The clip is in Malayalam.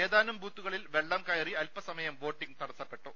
ഏതാനും ബൂത്തുകളിൽ വെള്ളം കയറി അല്പസമയം വോട്ടിംഗ് തടസ്സ പ്പെട്ടു